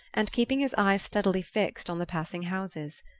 and keeping his eyes steadily fixed on the passing houses.